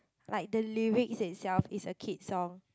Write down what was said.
like the lyrics itself is a kid song